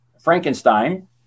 Frankenstein